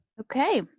Okay